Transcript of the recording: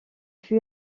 fut